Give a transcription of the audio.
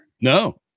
No